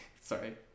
Sorry